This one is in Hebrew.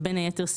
בין היתר,